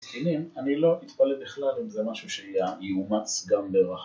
‫הנה, אני לא אתפלא בכלל ‫אם זה משהו שיאומץ גם ברחבי.